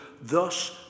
thus